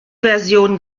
version